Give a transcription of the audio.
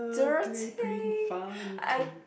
dirty I